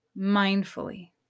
mindfully